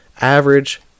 average